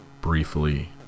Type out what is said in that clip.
briefly